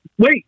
Wait